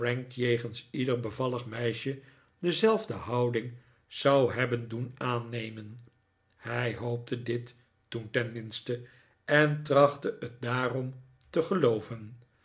ieder bevallig meisje dezelfde houding zou hebben doen aannemen hij hoopte dit toen tenminste en trachtte het daarom te gelooven